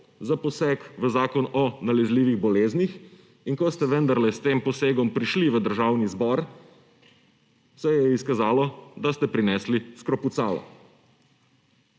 za poseg v Zakon o nalezljivih boleznih in ko ste vendarle s tem posegom prišli v Državni zbor, se je izkazalo, da ste prinesli skrpucalo.